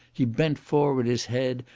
he bent forward his head,